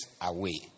away